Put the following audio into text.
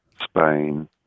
Spain